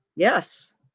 Yes